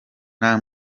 nta